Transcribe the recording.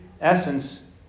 essence